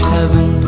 Heaven